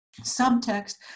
subtext